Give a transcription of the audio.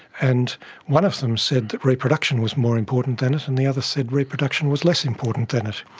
and one of them said that reproduction was more important than it and the other said reproduction was less important than it.